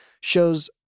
shows